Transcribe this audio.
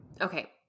Okay